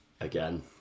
again